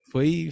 Foi